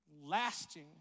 lasting